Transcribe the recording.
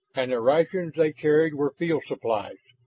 and the rations they carried were field supplies,